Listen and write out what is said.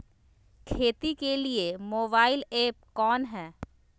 खेती के लिए मोबाइल ऐप कौन है?